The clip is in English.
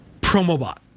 Promobot